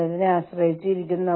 അതിനാൽ വിപണിയിൽ ഇവ ഉണ്ടായിരുന്നു